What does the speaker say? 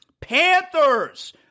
Panthers